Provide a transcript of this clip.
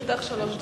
לרשותך שלוש דקות.